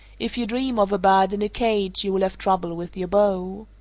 if you dream of a bird in a cage you will have trouble with your beau.